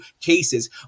cases